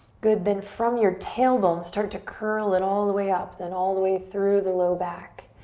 good, then from your tailbone start to curl it all the way up, then all the way through the low back.